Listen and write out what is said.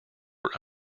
were